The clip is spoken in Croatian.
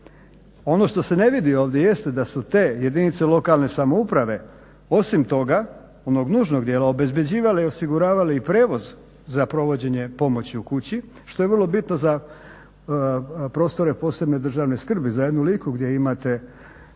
Ono što se ne vidi ovdje jeste da su te jedinice lokalne samouprave osim toga onog nužnog dijela osiguravale i prijevoz za provođenje pomoći u kući što je vrlo bitno za prostore posebne državne skrbi za jednu Liku gdje imate